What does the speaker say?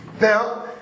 Now